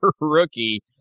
rookie